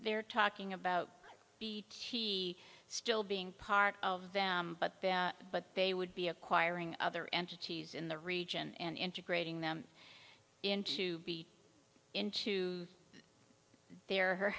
they're talking about the key still being part of them but but they would be acquiring other entities in the region and integrating them into be into their her